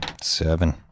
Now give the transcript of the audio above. Seven